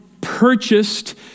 purchased